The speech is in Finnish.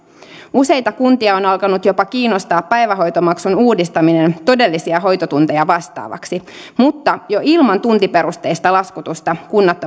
useita kuntia on alkanut jopa kiinnostaa päivähoitomaksun uudistaminen todellisia hoitotunteja vastaavaksi mutta jo ilman tuntiperusteista laskutusta kunnat